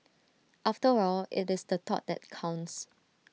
after all it's the thought that counts